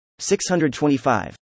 625